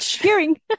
hearing